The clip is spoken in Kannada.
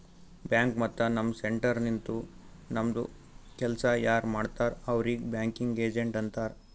ಬ್ಯಾಂಕ್ ಮತ್ತ ನಮ್ ಸೆಂಟರ್ ನಿಂತು ನಮ್ದು ಕೆಲ್ಸಾ ಯಾರ್ ಮಾಡ್ತಾರ್ ಅವ್ರಿಗ್ ಬ್ಯಾಂಕಿಂಗ್ ಏಜೆಂಟ್ ಅಂತಾರ್